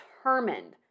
determined